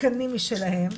תקנים משלהם.